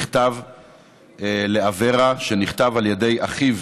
מכתב לאברה שנכתב על ידי אחיו,